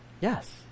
Yes